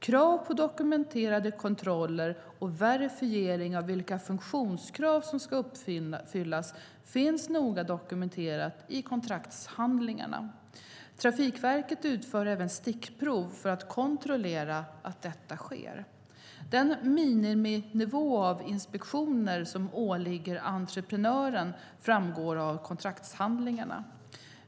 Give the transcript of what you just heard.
Krav på dokumenterade kontroller och verifiering av vilka funktionskrav som ska uppfyllas finns noga dokumenterat i kontraktshandlingarna. Trafikverket utför även stickprov för att kontrollera att detta sker. Den miniminivå av inspektioner som åligger entreprenören framgår av kontraktshandlingarna.